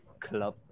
club